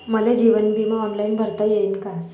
मले जीवन बिमा ऑनलाईन भरता येईन का?